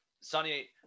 Sonny